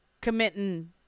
committing